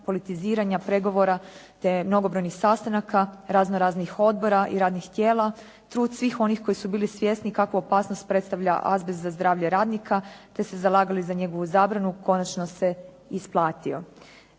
politiziranja, pregovora te mnogobrojnih sastanaka, raznoraznih odbora i radnih tijela, trud svih onih koji su bili svjesni kakvu opasnost predstavlja azbest za zdravlje radnika te se zalagali za njegovu zabranu, konačno se isplatio